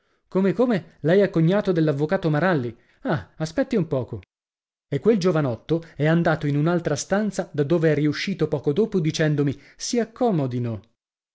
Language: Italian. come come lei è cognato dell'avvocato maralli ah aspetti un poco e quel giovanotto è andato in un'altra stanza da dove è riuscito poco dopo dicendomi si accomodino